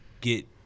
get